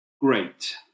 Great